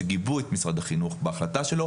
שגיבו את משרד החינוך בהחלטה שלו,